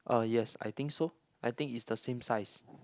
uh yes I think so I think is the same size